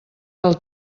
del